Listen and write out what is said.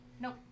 Nope